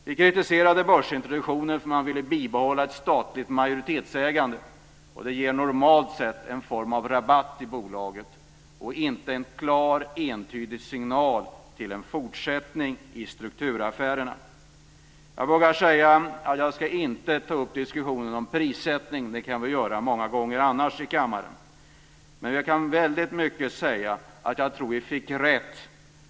Vi kritiserade börsintroduktionen därför att man ville behålla ett statligt majoritetsägande, vilket normalt sett ger en form av rabatt i bolaget och inte en klar, entydig signal om en fortsättning av strukturaffärerna. Jag ska inte ta upp diskussionen om prissättning. Det kan jag göra vid andra tillfällen i kammaren. Men jag tror att vi fick rätt.